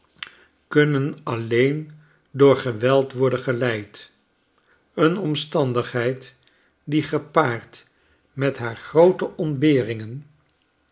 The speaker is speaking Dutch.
kunnen alleen door geweld worden geleid een omstandigheid die gepaard met haar groote